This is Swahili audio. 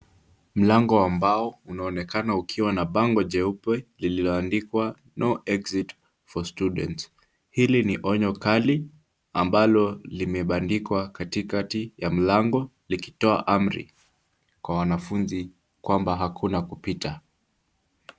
Mlango ambao unaonekana ukiwa na bango jeupe lililoandikwa no exit for students , hili ni onyo kali ambalo limebandikwa katikati ya mlango likitoa amri kwa wanafuzi kwamba hakuna kupita.